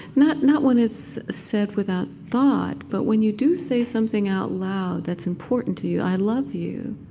not not when it's said without thought, but when you do say something out loud that's important to you, i love you,